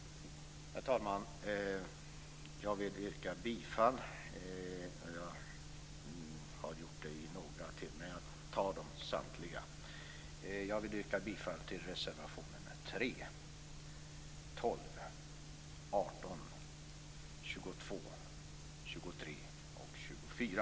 Herr talman! Jag vill yrka bifall till reservationerna 3, 12, 18, 22, 23 och 24.